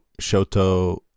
Shoto